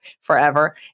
forever